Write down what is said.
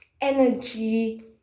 energy